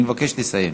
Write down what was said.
אני מבקש לסיים.